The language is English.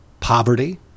Poverty